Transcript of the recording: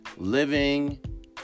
Living